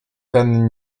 ten